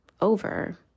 over